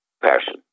person